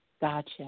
Gotcha